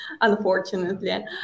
unfortunately